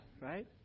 Right